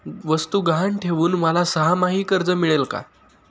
वस्तू गहाण ठेवून मला सहामाही कर्ज मिळेल का?